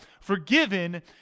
forgiven